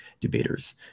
debaters